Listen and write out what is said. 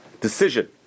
decision